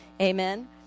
Amen